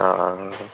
অঁ অঁ